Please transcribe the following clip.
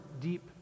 deep